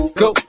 go